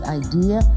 idea